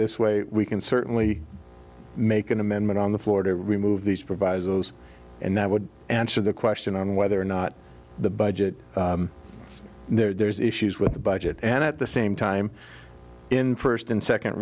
this way we can certainly make an amendment on the floor to remove these provisos and that would answer the question on whether or not the budget there's issues with the budget and at the same time in first and second